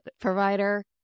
provider